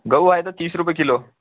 गहू आहेत तीस रुपये किलो